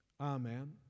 Amen